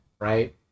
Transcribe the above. right